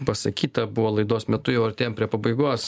pasakyta buvo laidos metu jau artėjam prie pabaigos